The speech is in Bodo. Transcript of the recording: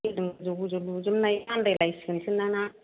बिलडिं गोजौ गोजौ लुजोबनाय आनदाय लायसिगोनसो दां ना